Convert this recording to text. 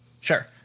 Sure